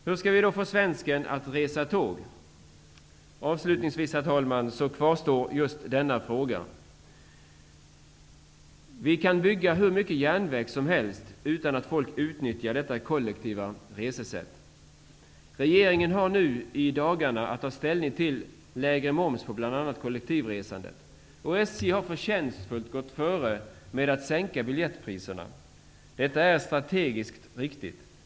Avslutningsvis, herr talman, kvarstår just denna fråga. Vi kan bygga hur mycket järnväg som helst, utan att folk utnyttjar detta kollektiva resesätt. Regeringen har nu i dagarna att ta ställning till lägre moms på bl.a. kollektivresandet, och SJ har förtjänstfullt gått före med att sänka biljettpriserna. Detta är strategiskt riktigt.